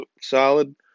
solid